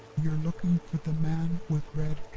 you're looking for the man with red